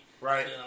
Right